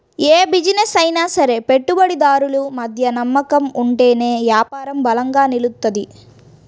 యే బిజినెస్ అయినా సరే పెట్టుబడిదారులు మధ్య నమ్మకం ఉంటేనే యాపారం బలంగా నిలుత్తది